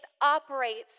operates